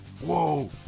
Whoa